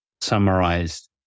summarized